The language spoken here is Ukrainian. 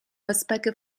безпеки